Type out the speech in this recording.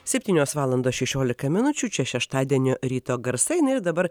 septynios valandos šešiolika minučių čia šeštadienio ryto garsai na ir dabar